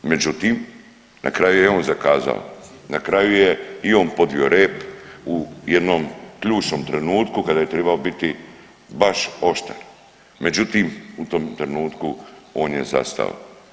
Međutim, na kraju je on zakazao, na kraju je i on podvio rep u jednom ključnom trenutku kada je trebao biti baš oštar, međutim u tom trenutku on je zastao.